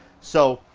so,